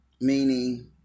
meaning